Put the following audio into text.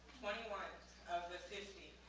twenty one of the fifty,